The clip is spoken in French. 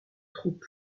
troupe